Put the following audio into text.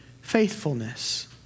faithfulness